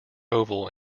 oval